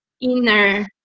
inner